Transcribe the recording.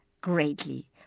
greatly